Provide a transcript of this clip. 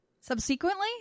subsequently